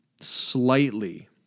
slightly